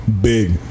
Big